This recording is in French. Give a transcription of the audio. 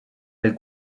elle